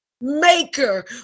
maker